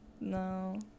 No